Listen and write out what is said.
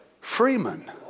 freeman